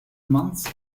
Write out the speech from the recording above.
months